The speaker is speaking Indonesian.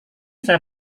saya